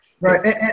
right